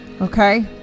okay